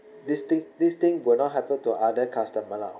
this thing this thing will not happen to other customer lah